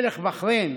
מלך בחריין